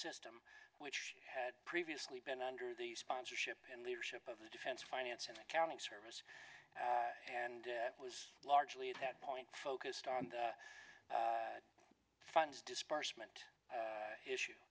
system which had previously been under the sponsorship in leadership of the defense finance and accounting service and it was largely at that point focused on the funds dispersement issue